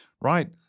right